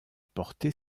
portée